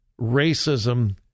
racism